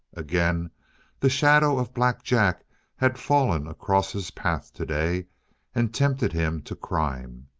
again the shadow of black jack had fallen across his path today and tempted him to crime.